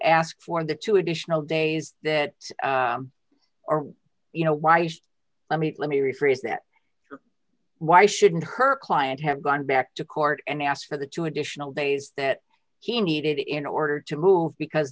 ask for the two additional days that are you know why you just let me let me rephrase that why shouldn't her client have gone back to court and ask for the two additional days that he needed in order to move because